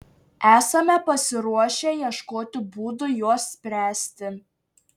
esame pasiruošę ieškoti būdų juos spręsti